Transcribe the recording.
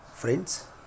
friends